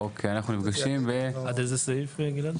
אוקיי, אנחנו נפגשים --- עד איזה סעיף, גלעד?